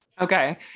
Okay